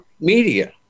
media